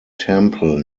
temple